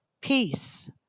peace